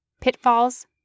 Pitfalls